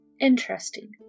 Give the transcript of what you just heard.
Interesting